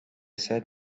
said